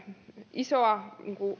isoa